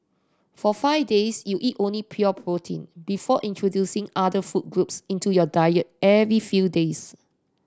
for five days you eat only pure protein before introducing other food groups into your diet every few days